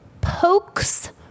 Pokes